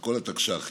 בכל התקש"חים.